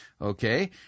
Okay